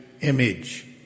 image